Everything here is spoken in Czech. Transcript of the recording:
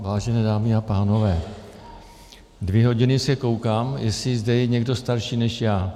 Vážené dámy a pánové, dvě hodiny se koukám, jestli zde je někdo starší než já.